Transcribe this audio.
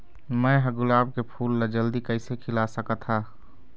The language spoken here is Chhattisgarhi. मैं ह गुलाब के फूल ला जल्दी कइसे खिला सकथ हा?